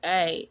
Hey